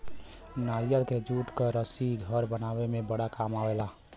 नारियल के जूट क रस्सी घर बनावे में बड़ा काम आवला